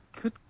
Good